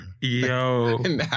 Yo